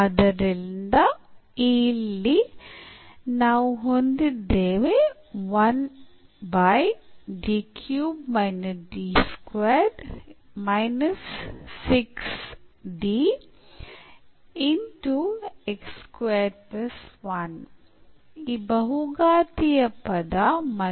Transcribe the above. ಆದ್ದರಿಂದ ಇಲ್ಲಿ ನಾವು ಹೊಂದಿದ್ದೇವೆ ಈ ಬಹುಘಾತೀಯ ಪದ ಮತ್ತು